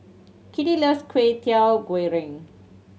Kitty loves Kwetiau Goreng